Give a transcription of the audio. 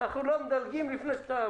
אנחנו לא במצב הזה.